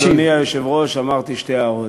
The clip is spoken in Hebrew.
אדוני היושב-ראש, אמרתי שתי הערות.